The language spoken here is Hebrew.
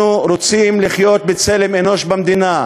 אנחנו רוצים לחיות בצלם אנוש במדינה.